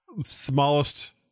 smallest